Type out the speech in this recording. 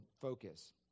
focus